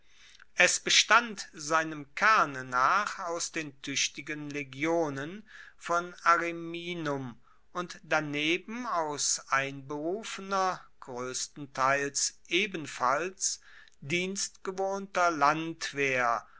es bestand seinem kerne nach aus den tuechtigen legionen von ariminum und daneben aus einberufener groesstenteils ebenfalls dienstgewohnter landwehr